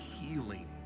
healing